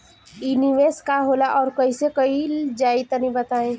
इ निवेस का होला अउर कइसे कइल जाई तनि बताईं?